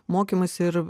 mokymąsi ir